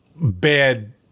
bad